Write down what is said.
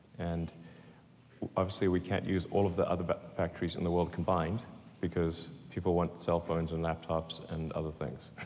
and obviously we can't use all of the other but batteries in the world combined because people want cellphones and laptops and other things.